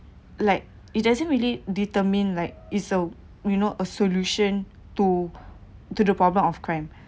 like it doesn't really determine like it's so we know a solution to to the problem of crime